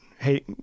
Hey